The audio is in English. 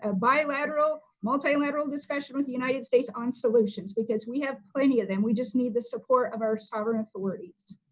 ah bilateral, multilateral discussion with united states, on solutions because we have plenty of them. we just need the support of our sovereign authority? so